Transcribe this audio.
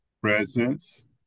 presence